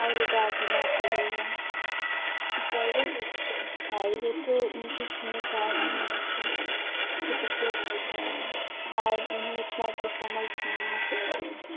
और डाँटना पड़ेगा बड़े बच्चें है भाई वह तो उनकी ज़िम्मेदारी है कि ख़ुद से पढ़ें और उन्हें इतना तो समझ होना चाहिए